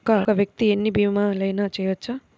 ఒక్క వ్యక్తి ఎన్ని భీమలయినా చేయవచ్చా?